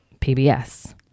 PBS